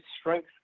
strength